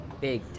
big